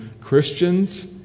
Christians